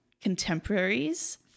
contemporaries